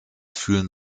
fühlen